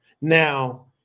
Now